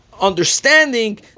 understanding